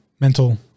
mental